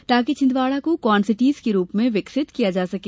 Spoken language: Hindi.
ताकि छिन्दवाडा को कॉर्न सिटी के रूप में विकसित किया जा सके